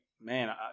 man